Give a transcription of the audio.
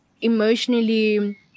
emotionally